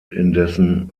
indessen